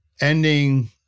ending